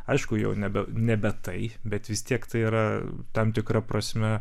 aišku jau nebe nebe tai bet vis tiek tai yra tam tikra prasme